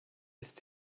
ist